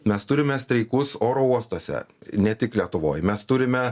mes turime streikus oro uostuose ne tik lietuvoj mes turime